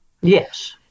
Yes